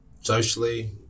socially